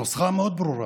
הנוסחה מאוד ברורה: